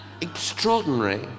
Extraordinary